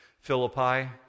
Philippi